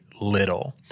little